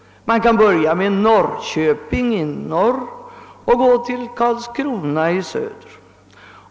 Man kan börja med Norrköping i norr och gå till Karlskrona i söder.